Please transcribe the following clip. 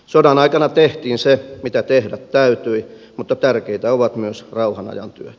sodan aikana tehtiin se mitä tehdä täytyi mutta tärkeitä ovat myös rauhanajan työt